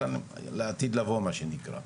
אבל לעתיד לבוא מה שנקרא.